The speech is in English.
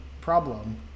problem